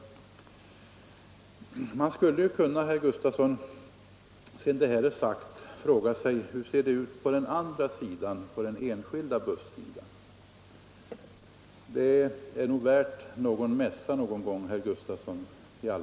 Kronobergs och Sedan det här har sagts skulle man, herr Gustavsson i Alvesta, kunna — Jönköpings län fråga sig hur det ser ut på den andra sidan, när det gäller den enskilda busstrafiken. Också det är nog värt en mässa någon gång, herr Gustavsson.